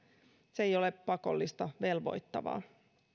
se ei ole pakollista velvoittavaa